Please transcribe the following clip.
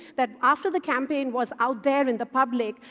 that after the campaign was out there in the public,